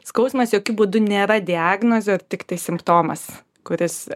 skausmas jokiu būdu nėra diagnozė ar tiktai simptomas kuris